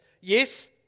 yes